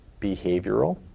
Behavioral